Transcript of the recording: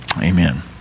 Amen